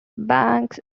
banks